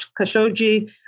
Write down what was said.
Khashoggi